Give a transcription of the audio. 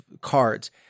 cards